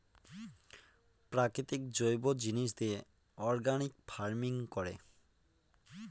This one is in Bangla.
প্রাকৃতিক জৈব জিনিস দিয়ে অর্গানিক ফার্মিং করে